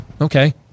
Okay